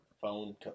phone